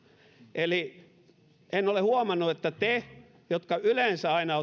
eli en ole huomannut että te jotka yleensä aina